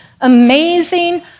amazing